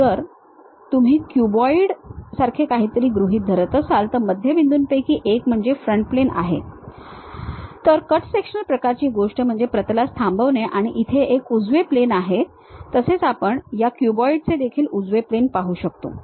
तर जर तुम्ही क्यूबॉइड सारखे काहीतरी गृहीत धरत असाल तर मध्यबिंदूंपैकी एक म्हणजे हे फ्रंट प्लेन आहे तर कट सेक्शनल प्रकारची गोष्ट म्हणजे प्रतलास थांबवणे आणि इथे एक उजवे प्लेन आहे तसेच आपण त्या क्यूबॉइड चे देखील उजवे प्लेन पाहू शकतो